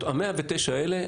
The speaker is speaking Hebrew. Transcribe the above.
ה-109 האלה,